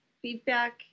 Feedback